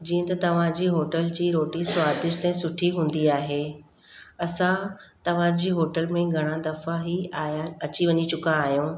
जीअं त तव्हांजी होटल जे रोटी स्वादिष्ट ऐं सुठी हूंदी आहे असां तव्हांजी होटल में घणा दफ़ा ई आहियां अची वञी चुका आहियूं